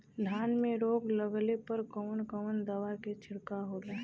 धान में रोग लगले पर कवन कवन दवा के छिड़काव होला?